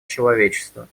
человечество